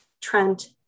Trent